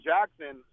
Jackson